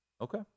Okay